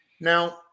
Now